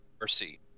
Mercy